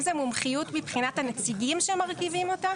אם זו מומחיות מבחינת הנציגים שמרכיבים אותה,